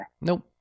Nope